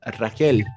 Raquel